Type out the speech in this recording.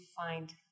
find